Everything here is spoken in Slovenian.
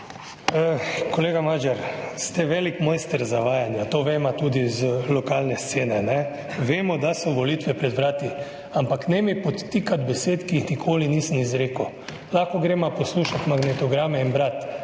Kolega Magyar, ste velik mojster zavajanja, to veva tudi iz lokalne scene. Vemo, da so volitve pred vrati, ampak ne mi podtikati besed, ki jih nikoli nisem izrekel. Lahko greva poslušat magnetograme in brat.